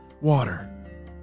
water